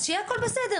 אז שיהיה הכול בסדר,